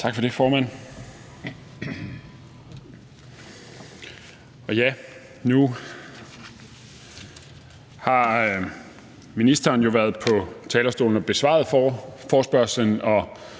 Tak for det, formand. Nu har ministeren jo været på talerstolen og besvaret forespørgslen, og